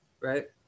right